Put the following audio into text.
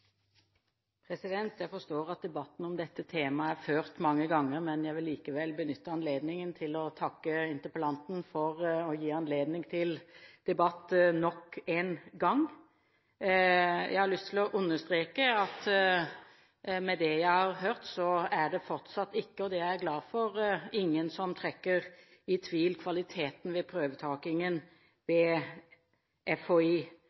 ført mange ganger, men jeg vil likevel benytte anledningen til å takke interpellanten for å gi anledning til debatt nok en gang. Jeg har lyst til å understreke at etter det jeg har hørt, er det fortsatt ingen – og det er jeg glad for – som trekker i tvil kvaliteten ved prøvetakingen